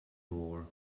more